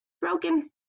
Broken